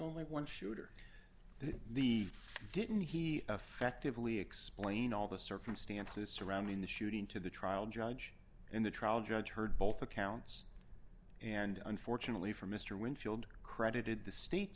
only one shooter and the didn't he effectively explain all the circumstances surrounding the shooting to the trial judge and the trial judge heard both accounts and unfortunately for mr winfield credited the state